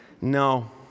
No